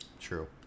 True